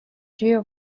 geo